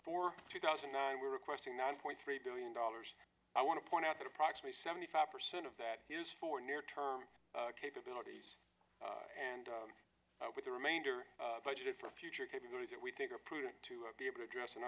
for two thousand and nine we're requesting nine point three billion dollars i want to point out that approximately seventy five percent of that is for near term capabilities and with the remainder budgeted for future capabilities that we think are prudent to be able to address an